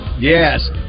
Yes